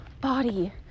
body